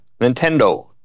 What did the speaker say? Nintendo